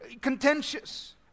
Contentious